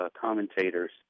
commentators